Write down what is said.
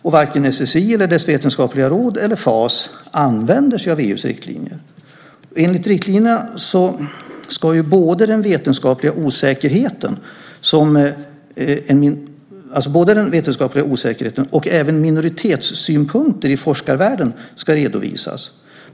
Och varken SSI eller dess vetenskapliga råd eller FAS använder sig av EU:s riktlinjer. Enligt riktlinjerna ska den vetenskapliga osäkerheten och även minoritetssynpunkter i forskarvärlden redovisas.